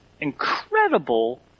Incredible